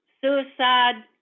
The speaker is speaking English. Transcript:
suicide